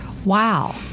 Wow